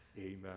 Amen